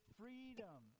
freedom